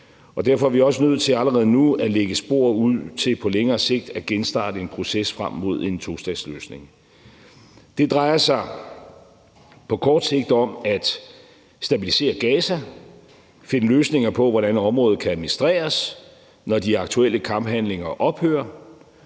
derfor er vi også nødt til allerede nu at lægge spor ud til på længere sigt at genstarte en proces frem mod en tostatsløsning. Det drejer sig på kort sigt om at stabilisere Gaza og finde løsninger på, hvordan området kan administreres, når de aktuelle kamphandlinger ophører.